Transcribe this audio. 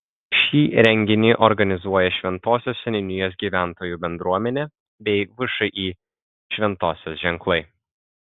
šį renginį organizuoja šventosios seniūnijos gyventojų bendruomenė bei všį šventosios ženklai